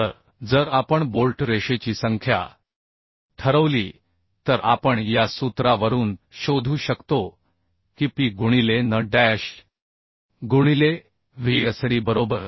तर जर आपण बोल्ट रेषेची संख्या ठरवली तर आपण या सूत्रावरून शोधू शकतो की P गुणिले n डॅश गुणिले VSDबरोबर